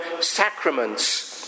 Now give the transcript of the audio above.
sacraments